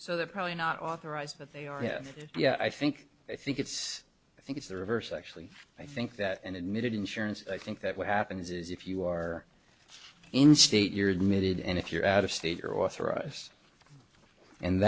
so they're probably not authorized but they are yeah yeah i think i think it's i think it's the reverse actually i think that an admitted insurance i think that what happens is if you are in state you're limited and if you're out of state or author us and